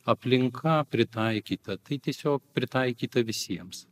aplinka pritaikyta tai tiesiog pritaikyta visiems